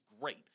great